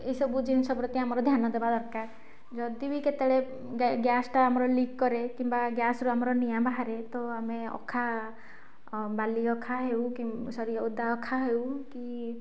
ଏସବୁ ଜିନିଷ ପ୍ରତି ଆମର ଧ୍ୟାନ ଦେବା ଦରକାର ଯଦି ବି କେତେବେଳେ ଗ୍ୟାସ୍ ଟା ଆମର ଲିକ୍ କରେ କିମ୍ବା ଗ୍ୟାସ୍ ରୁ ଆମର ନିଆଁ ବାହାରେ ତ ଆମେ ଅଖା ବାଲିଅଖା ହେଉ କି ସରି ଓଦା ଅଖା ହେଉ କି